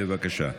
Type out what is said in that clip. בבקשה.